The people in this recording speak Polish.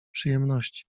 przyjemności